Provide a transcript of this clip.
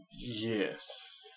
Yes